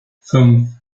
fünf